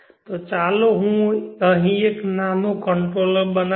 તો ચાલો હું અહીં એક નાનો કંટ્રોલર બનાવું